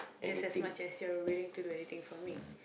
just as much as you're willing to do anything for me